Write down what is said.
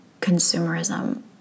consumerism